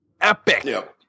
Epic